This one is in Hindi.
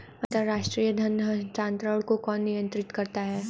अंतर्राष्ट्रीय धन हस्तांतरण को कौन नियंत्रित करता है?